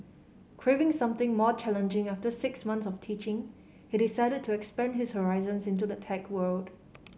craving something more challenging after six months of teaching he decided to expand his horizons into the tech world